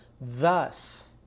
Thus